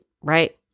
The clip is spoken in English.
Right